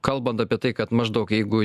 kalbant apie tai kad maždaug jeigu